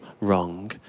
wrong